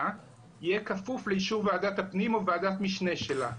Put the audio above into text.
יהיה כפוף לאישור ועדת הפנים או ועדת משנה שלה,